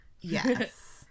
Yes